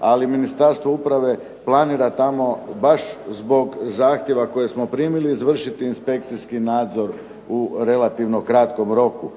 Ali Ministarstvo uprave planira tamo baš zbog zahtjeva koje smo primili izvršiti inspekcijski nadzor u relativno kratkom roku.